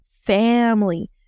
family